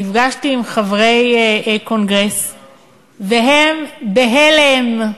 נפגשתי עם חברי קונגרס, והם בהלם,